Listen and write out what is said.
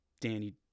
Danny